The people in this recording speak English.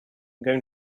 going